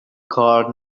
کار